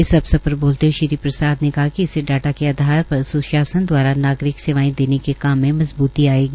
इस अवसर पर बोलते हए श्री प्रसाद ने कहा कि इससे डाटा के आधार पर स्शासन द्वारा नागरिक सेवाएं देने का काम मजबूती आयेगी